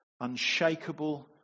unshakable